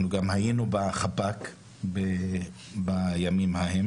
אנחנו גם היינו בחפ"ק בימים ההם